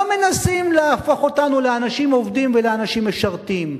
לא מנסים להפוך אותנו לאנשים עובדים ולאנשים משרתים,